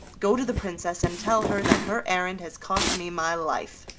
go to the princess and tell her that her errand has cost me my life.